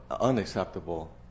unacceptable